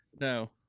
No